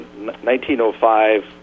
1905